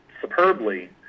superbly